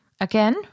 Again